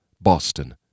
Boston